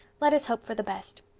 let us hope for the best.